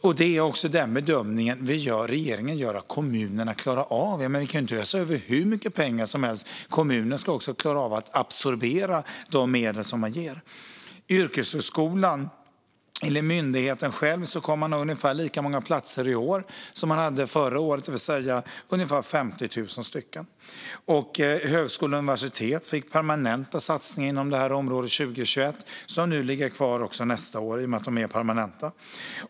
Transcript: Regeringen gör dessutom bedömningen att detta är vad kommunerna klarar av - vi kan ju inte ösa ut hur mycket pengar som helst, för kommunerna ska också klara av att absorbera de medel man ger. Enligt Myndigheten för yrkeshögskolan själv kommer man att ha ungefär lika många platser i år som man hade förra året, det vill säga ungefär 50 000. Högskolor och universitet fick också permanenta satsningar inom det här området 2021, och de ligger kvar även nästa år i och med att de är permanenta.